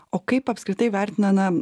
o kaip apskritai vertina na